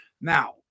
Now